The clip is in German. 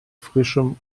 frischem